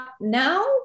now